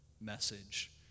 message